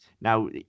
Now